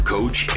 Coach